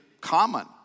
common